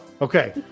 okay